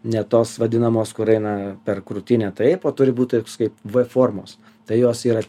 ne tos vadinamos kur eina per krūtinę taip o turi būti kaip v formos tai jos yra